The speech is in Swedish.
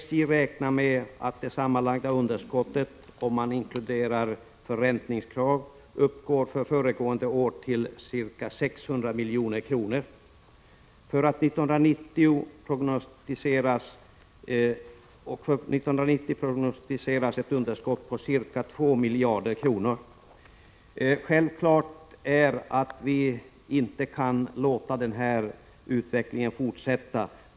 SJ räknar med att det sammanlagda underskottet, om man inkluderar förräntningskrav, för föregående år uppgår till ca 600 milj.kr. För år 1990 prognostiseras ett underskott på ca 2 miljarder kronor. Självklart kan vi inte låta den här utvecklingen fortsätta.